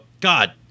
God